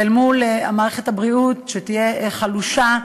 אל מול מערכת הבריאות שתהיה חלושה,